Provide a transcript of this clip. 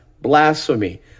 blasphemy